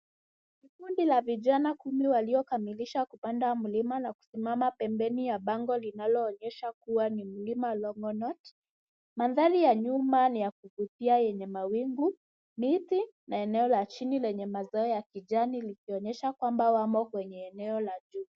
Kundi la vijana kumi waliokamilisha kupanda mlima na kusimama pembeni ya bango linalo onyesha kuwa ni mlima Longonot. Mandhari ya nyuma ni ya kuvutia yenye mawingu, miti na eneo la chini lenye mazao ya kijani likionyesha kwamba wamo kwenye eneo la juu.